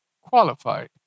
qualified